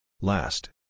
Last